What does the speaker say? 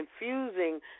infusing